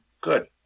good